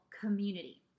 community